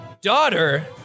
Daughter